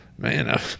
man